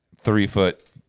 three-foot